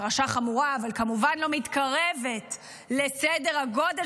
פרשה חמורה אבל כמובן לא מתקרבת לסדר הגודל